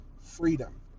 freedom